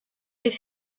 est